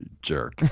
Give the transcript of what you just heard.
Jerk